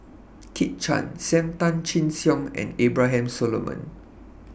Kit Chan SAM Tan Chin Siong and Abraham Solomon